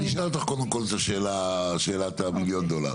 קודם כול, אשאל אותך את שאלת מיליון הדולר.